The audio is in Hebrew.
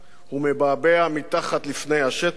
הוא מבעבע מתחת לפני השטח.